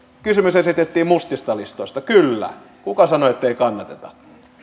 kysymys esitettiin mustista listoista kyllä kuka sanoi ettei kannateta